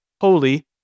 holy